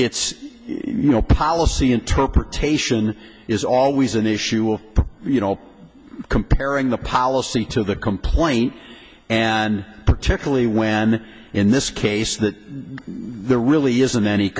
it's you know policy interpretation is always an issue of comparing the policy to the complaint and particularly when in this case that there really isn't any